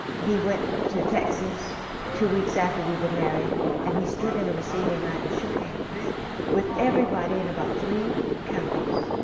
he went to texas two weeks after we were married and he stood in a receiving line and shook hands with everybody in about three counties.